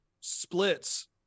splits